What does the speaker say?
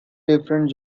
different